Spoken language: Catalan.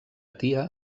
tia